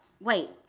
wait